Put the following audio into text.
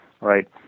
Right